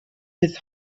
his